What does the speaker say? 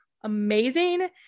amazing